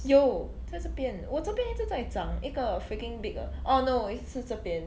有在这边我这边一直在长一个 freaking big 的 orh no it's 是这边